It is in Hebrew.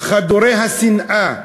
חדורי השנאה